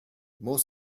more